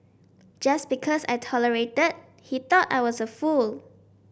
just because I tolerated he thought I was a fool